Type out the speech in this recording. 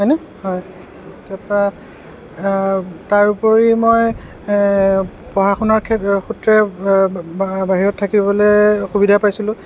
তাৰপৰা তাৰ উপৰি মই পঢ়া শুনাৰ ক্ষে সূত্ৰে বাহিৰত থাকিবলৈ সুবিধা পাইছিলোঁ